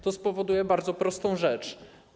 To spowoduje bardzo prostą rzecz.